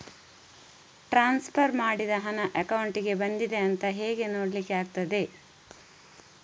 Transfer ಮಾಡಿದ ಹಣ ಅಕೌಂಟಿಗೆ ಬಂದಿದೆ ಅಂತ ಹೇಗೆ ನೋಡ್ಲಿಕ್ಕೆ ಆಗ್ತದೆ?